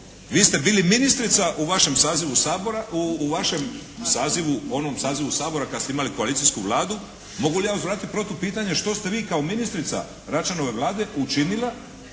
Vi ste bili ministrica u vašem sazivu, u onom sazivu Sabora kad ste imali koalicijsku Vladu, mogu li ja uzvratiti protupitanjem što ste vi kao ministrica Račanove Vlade učinila.